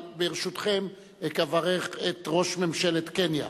ברשותכם, אברך את ראש ממשלת קניה.